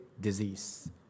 disease